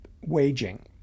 waging